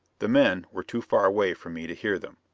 the men were too far away for me to hear them.